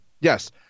Yes